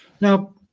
now